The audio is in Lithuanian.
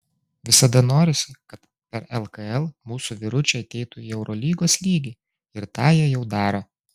visada norisi kad per lkl mūsų vyručiai ateitų į eurolygos lygį ir tą jie jau daro